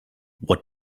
what